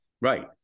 Right